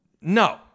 no